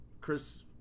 Chris –